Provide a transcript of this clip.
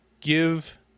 give